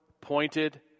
pointed